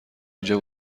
اینجا